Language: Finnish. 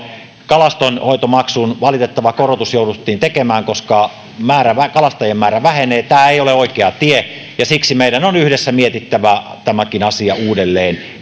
kalastonhoitomaksun valitettava korotus jouduttiin tekemään koska kalastajien määrä vähenee tämä ei ole oikea tie ja siksi meidän on yhdessä mietittävä tämäkin asia uudelleen